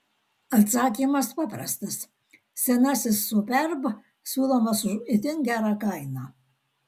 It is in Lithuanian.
atsakymas paprastas senasis superb siūlomas už itin gerą kainą